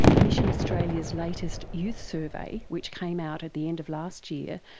mission australia's latest youth survey which came out at the end of last year,